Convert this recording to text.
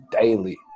daily